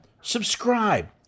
subscribe